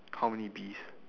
how many bees